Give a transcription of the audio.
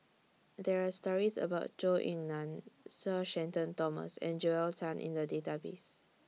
There Are stories about Zhou Ying NAN Sir Shenton Thomas and Joel Tan in The Database